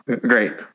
great